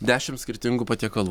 dešimt skirtingų patiekalų